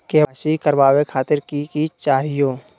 KYC करवावे खातीर कि कि चाहियो?